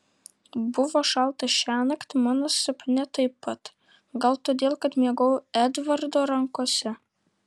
buvo šalta šiąnakt mano sapne taip pat gal todėl kad miegojau edvardo rankose